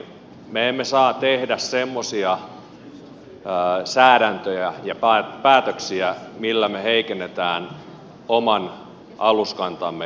me emme saa tehdä semmoisia säädäntöjä ja päätöksiä millä me heikennämme oman aluskantamme kilpailukykyä